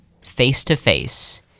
face-to-face